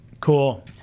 Cool